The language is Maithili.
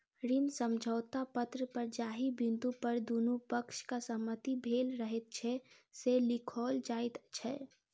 ऋण समझौता पत्र पर जाहि बिन्दु पर दुनू पक्षक सहमति भेल रहैत छै, से लिखाओल जाइत छै